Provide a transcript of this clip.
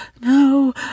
no